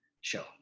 show